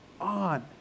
on